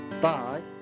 Bye